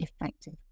effective